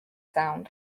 sound